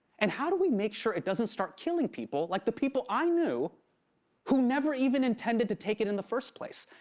and how do we make sure it doesn't start killing people like the people i knew who never even intended to take it in the first place?